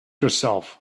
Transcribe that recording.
herself